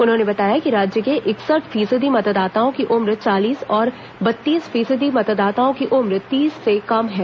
उन्होंने बताया कि राज्य के इकसठ फीसदी मतदाताओं की उम्र चालीस और बत्तीस फीसदी मतदाताओं की उम्र तीस से कम है